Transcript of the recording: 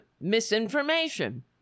misinformation